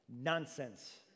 Nonsense